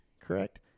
correct